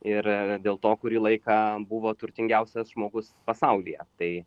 ir dėl to kurį laiką buvo turtingiausias žmogus pasaulyje tai